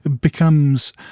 becomes